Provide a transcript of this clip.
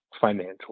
financial